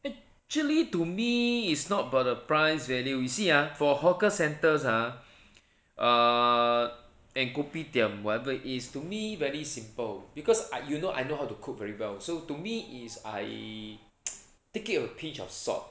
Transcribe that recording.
actually to me is not about the price value you see ah for hawker centres ha err and kopitiam whatever it is to me very simple because I you know I know how to cook very well so to me is I take it a pinch of salt